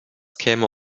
käme